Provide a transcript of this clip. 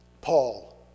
Paul